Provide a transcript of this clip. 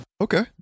Okay